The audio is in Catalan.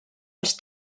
als